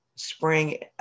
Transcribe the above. Spring